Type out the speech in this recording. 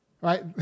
Right